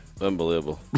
Unbelievable